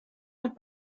hat